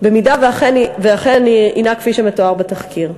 במידה שהנה אכן כפי שמתואר בתחקיר.